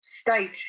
state